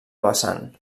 vessant